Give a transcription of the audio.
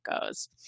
goes